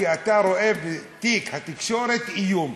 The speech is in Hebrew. כי אתה רואה בתיק התקשורת איום.